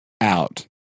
out